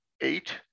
eight